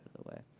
the way.